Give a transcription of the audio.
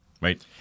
right